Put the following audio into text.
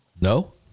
No